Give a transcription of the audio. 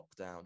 lockdown